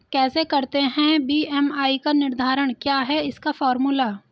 कैसे करते हैं बी.एम.आई का निर्धारण क्या है इसका फॉर्मूला?